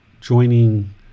joining